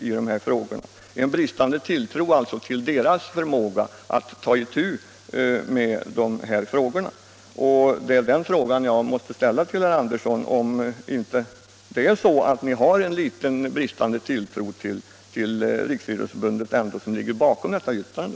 Jag måste därför fråga herr Andersson: Är det inte bristande tilltro till Riksidrottsförbundet som ligger bakom detta yttrande?